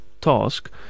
task